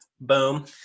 boom